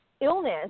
illness